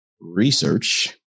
research